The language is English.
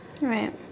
right